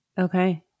Okay